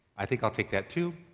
i think i'll take that too,